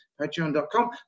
patreon.com